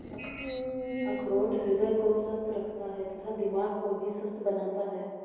अखरोट हृदय को स्वस्थ रखता है तथा दिमाग को भी स्वस्थ बनाता है